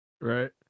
Right